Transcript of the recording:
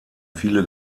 viele